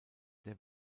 der